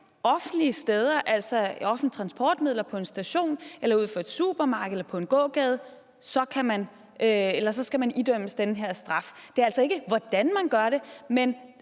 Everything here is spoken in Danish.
offentlige steder, altså i offentlige transportmidler, på en station eller ud for et supermarked eller på en gågade, skal man idømmes den her straf. Spørgsmålet er altså ikke, hvordan man gør det. Det